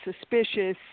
suspicious